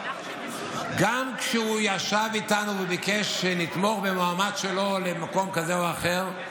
גם כשהוא ישב איתנו וביקש שנתמוך במועמד שלו למקום כזה או אחר,